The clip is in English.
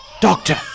Doctor